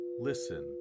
listen